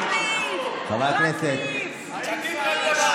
אדוני, אל תתייחס אליהם.